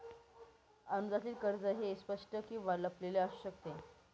अनुदानित कर्ज हे स्पष्ट किंवा लपलेले असू शकते